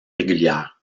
régulière